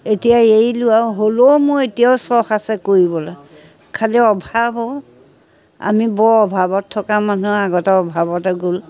এতিয়া এৰিলোঁ আৰু হ'লেও মই এতিয়াও চখ আছে কৰিবলৈ খালী অভাৱ অঁ আমি বৰ অভাৱত থকা মানুহৰ আগতে অভাৱতে গ'ল